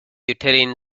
uterine